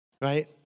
right